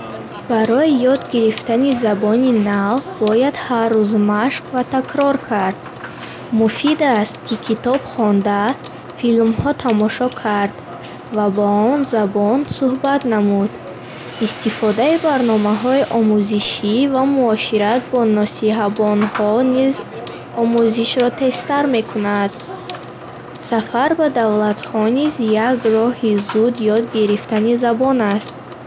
Барои ёд гирифтани забони нав бояд ҳар рӯз машқ ва такрор кард. Муфид аст, ки китоб хонда, филмҳо тамошо кард ва бо он забон сӯҳбат намуд. Истифодаи барномаҳои омӯзишӣ ва муошират бо носиҳабонҳо низ омӯзишро тезтар мекунад. Сафар ба давлатҳо низ як роҳи зуд ед гирифтани забон аст.